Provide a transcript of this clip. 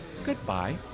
Goodbye